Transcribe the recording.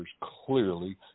clearly